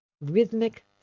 rhythmic